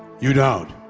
you don't.